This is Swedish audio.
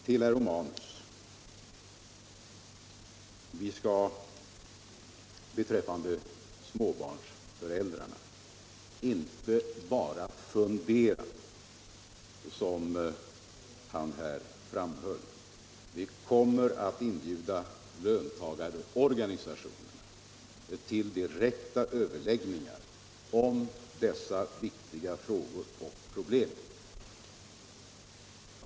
Till herr Romanus vill jag säga att vi beträffande småbarnsföräldrarna inte bara funderar. Vi kommer att inbjuda löntagarorganisationerna till direkta överläggningar om dessa viktiga frågor och problem.